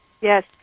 Yes